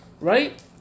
right